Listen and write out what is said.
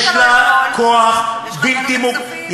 יש לך ועדת הכספים.